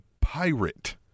pirate